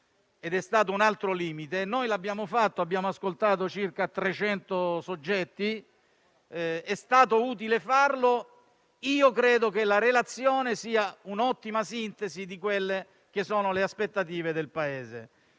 che costituiva un altro limite. Noi l'abbiamo fatto: abbiamo ascoltato circa 300 soggetti. È stato utile e credo che la relazione sia un'ottima sintesi delle aspettative del Paese.